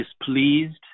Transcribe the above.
displeased